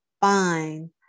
fine